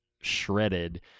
shredded